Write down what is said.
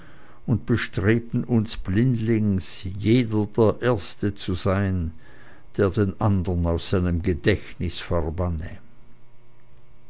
und bestrebten uns blindlings jeder der erste zu sein der den andern aus seinem gedächtnis